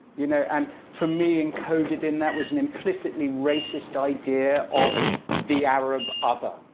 you know and for me, encoded in that, was an implicitly racist idea of the arab other,